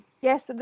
Yes